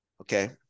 okay